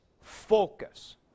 focus